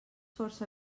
força